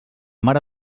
mare